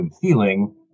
feeling